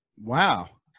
Wow